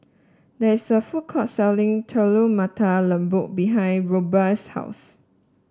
there is a food court selling Telur Mata Lembu behind Rubye's house